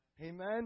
amen